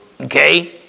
Okay